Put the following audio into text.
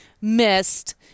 missed